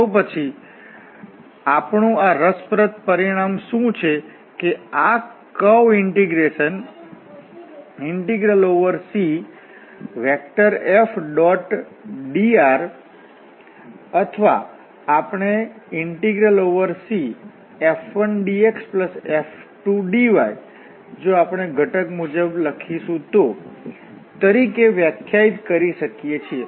તો પછી આપણું આ રસપ્રદ પરિણામ શું છે કે આ કર્વ ઇન્ટીગ્રેશન CF⋅dr અથવા આપણે CF1dxF2dy જો આપણે ઘટક મુજબ આ લખીશું તો તરીકે વ્યાખ્યાયિત કરી શકીએ છીએ